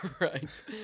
Right